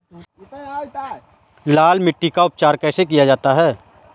लाल मिट्टी का उपचार कैसे किया जाता है?